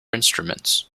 instruments